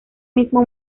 mismo